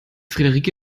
friederike